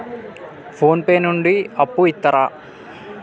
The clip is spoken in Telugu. ఫోన్ పే నుండి అప్పు ఇత్తరా?